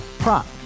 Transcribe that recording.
Prop